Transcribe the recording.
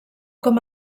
com